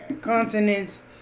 Continents